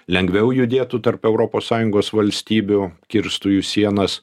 lengviau judėtų tarp europos sąjungos valstybių kirstų jų sienas